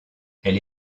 elle